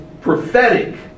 prophetic